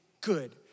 Good